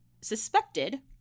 suspected